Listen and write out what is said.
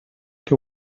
que